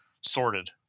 sorted